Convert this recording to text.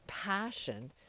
passion